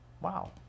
wow